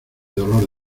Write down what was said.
dolor